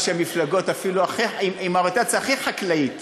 מה שהמפלגות אפילו עם האוריינטציה הכי חקלאית